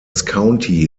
county